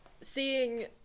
seeing